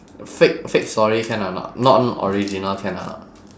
fake fake story can or not non original can or not